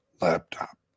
laptop